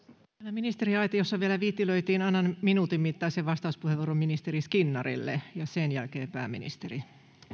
ministeriaitiossa vielä viittilöitiin annan minuutin mittaisen vastauspuheenvuoron ministeri skinnarille ja sen jälkeen pääministeri